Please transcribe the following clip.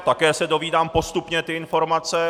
Také se dozvídám postupně ty informace.